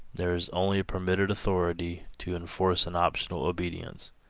there is only a permitted authority to enforce an optional obedience.